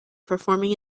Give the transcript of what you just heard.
performing